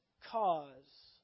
cause